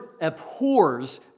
abhors